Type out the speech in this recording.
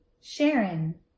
Sharon